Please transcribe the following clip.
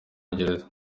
bwongereza